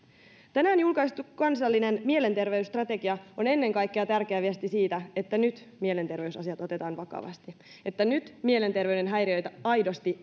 tänään julkaistu kansallinen mielenterveysstrategia on ennen kaikkea tärkeä viesti siitä että nyt mielenterveysasiat otetaan vakavasti että nyt mielenterveyden häiriöitä aidosti